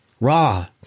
Raw